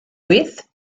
with